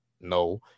No